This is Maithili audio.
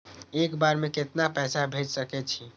एक बार में केतना पैसा भेज सके छी?